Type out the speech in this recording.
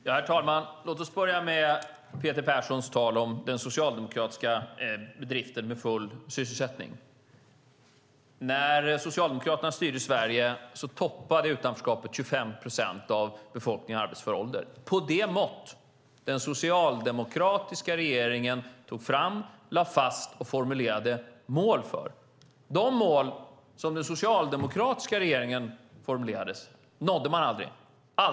Herr talman! Låt oss börja med Peter Perssons tal om den socialdemokratiska bedriften med full sysselsättning. När Socialdemokraterna styrde Sverige toppade utanförskapet 25 procent av befolkningen i arbetsför ålder på det mått som den socialdemokratiska regeringen tog fram, lade fast och formulerade mål för. De mål som den socialdemokratiska regeringen formulerade nådde man aldrig.